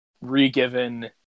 re-given